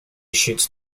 shoots